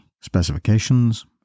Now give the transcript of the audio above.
specifications